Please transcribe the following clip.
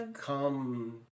come